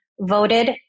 voted